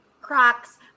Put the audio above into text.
Crocs